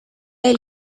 del